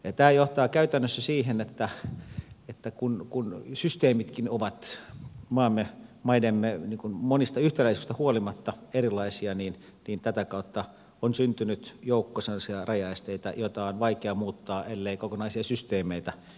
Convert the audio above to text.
tämä johtaa käytännössä siihen että kun systeemitkin ovat maidemme monista yhtäläisyyksistä huolimatta erilaisia niin tätä kautta on syntynyt joukko sellaisia rajaesteitä joita on vaikea muuttaa ellei kokonaisia systeemeitä yhdenmukaisteta